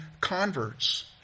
converts